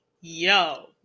Yo